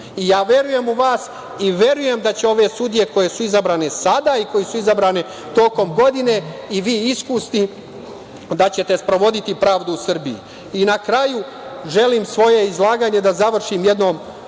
Ja verujem u vas i verujem da će ove sudije koje su izabrane sada i koje su izabrane tokom godine, kao i vi iskusni da ćete sprovoditi pravdu u Srbiji. Na kraju, želim svoje izlaganje da završim jednom